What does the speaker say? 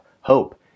hope